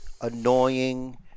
annoying